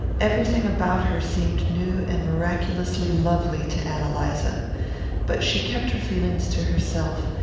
everything about her seemed new and miraculously lovely to ann eliza but she kept her feelings to herself,